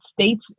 States